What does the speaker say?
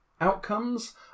outcomes